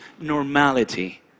normality